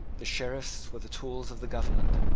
the sheriffs were the tools of the government.